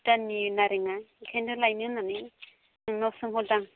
भुटाननि नारेंआ बेखायनो दा लायनो होन्नानै नोंनाव सोंहरदां